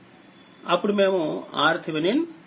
అప్పుడుమేముRThevenin తెలుసు కుంటాము